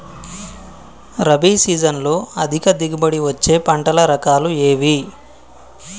రబీ సీజన్లో అధిక దిగుబడి వచ్చే పంటల రకాలు ఏవి?